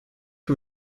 que